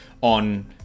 on